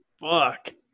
Fuck